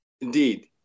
indeed